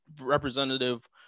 representative